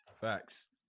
Facts